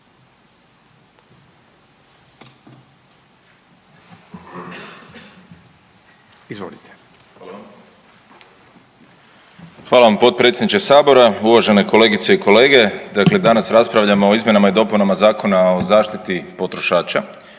Davor (Nezavisni)** Hvala vam potpredsjedniče sabora. Uvažene kolegice i kolege. Dakle, danas raspravljamo o izmjenama i dopunama Zakona o zaštiti potrošača